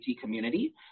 community